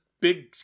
big